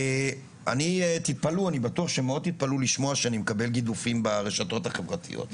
אני בטוח שתתפלאו מאוד לשמוע שאני מקבל גידופים ברשתות החברתיות.